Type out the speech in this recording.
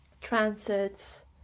transits